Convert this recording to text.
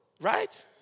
Right